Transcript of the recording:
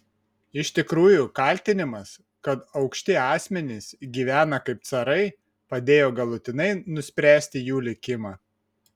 iš tikrųjų kaltinimas kad aukšti asmenys gyvena kaip carai padėjo galutinai nuspręsti jų likimą